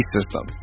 System